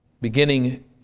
Beginning